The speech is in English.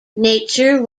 nature